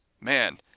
man